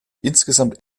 insgesamt